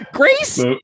Grace